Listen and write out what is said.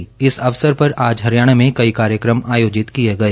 इस अवसर पर आज हरियाणा में कई कार्यक्रम आयोजित किए गए